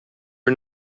are